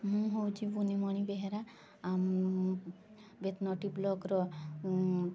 ମୁଁ ହେଉଛି ବୁନିମଣି ବେହେରା ବେତନଟି ବ୍ଲକ୍ର